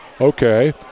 Okay